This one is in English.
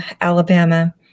Alabama